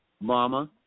Mama